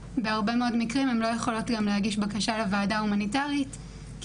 בהרבה מאוד מקרים הן לא יכולות גם להגיש בקשה לוועדה ההומניטרית כי